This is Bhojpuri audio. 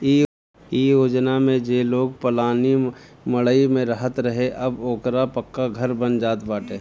इ योजना में जे लोग पलानी मड़इ में रहत रहे अब ओकरो पक्का घर बन जात बाटे